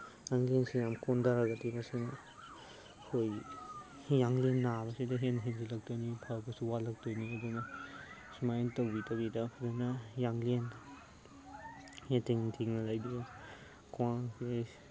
ꯌꯥꯡꯂꯦꯟꯁꯤ ꯌꯥꯝ ꯀꯣꯟꯗꯔꯒꯗꯤ ꯃꯁꯤꯅ ꯑꯩꯈꯣꯏ ꯌꯥꯡꯂꯦꯟ ꯅꯥꯕꯁꯤꯗ ꯍꯦꯟꯅ ꯍꯦꯟꯖꯤꯜꯂꯛꯇꯣꯏꯅꯤ ꯐꯖꯕꯁꯨ ꯋꯥꯠꯂꯛꯇꯣꯏꯅꯤ ꯑꯗꯨꯅ ꯁꯨꯃꯥꯏꯅ ꯇꯧꯕꯤꯗꯕꯤꯗ ꯐꯖꯅ ꯌꯥꯡꯂꯦꯟ ꯇꯤꯡꯅ ꯇꯤꯡꯅ ꯂꯩꯕꯤꯌꯨ ꯈ꯭ꯋꯥꯡꯁꯦ